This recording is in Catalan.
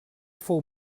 fou